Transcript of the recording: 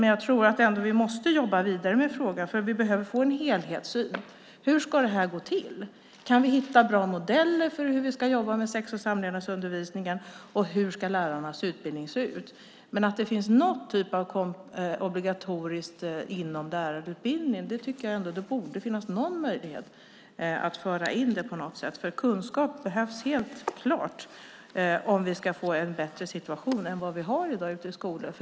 Men vi måste jobba vidare med frågan, för vi behöver få en helhetssyn. Hur ska det här gå till? Kan vi hitta bra modeller för hur vi ska jobba med sex och samlevnadsundervisningen? Hur ska lärarnas utbildning se ut? Det borde finnas möjlighet att föra in någon typ av obligatoriskt inslag inom lärarutbildningen på något sätt. Kunskap behövs helt klart om vi ska få en bättre situation än vi har i dag i skolorna.